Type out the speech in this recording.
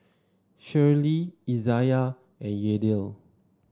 Shirlee Izayah and Yadiel